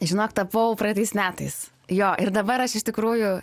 žinok tapau praeitais metais jo ir dabar aš iš tikrųjų